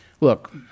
look